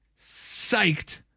psyched